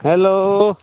hello